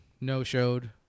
no-showed